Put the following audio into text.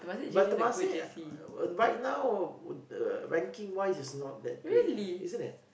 but Temasek right now uh ranking wise is not that great isn't it